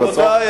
רבותי,